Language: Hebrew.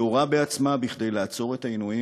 היא יורה בעצמה כדי לעצור את העינויים